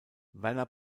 werner